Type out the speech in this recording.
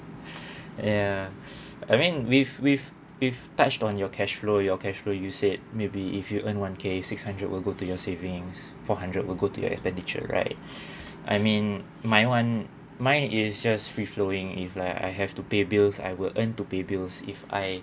ya I mean with with with touched on your cash flow your cash flow you said maybe if you earn one k six hundred will go to your savings four hundred will go to your expenditure right I mean mine one mine is just free flowing if like I have to pay bills I will earn to pay bills if I